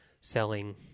selling